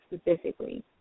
specifically